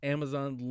Amazon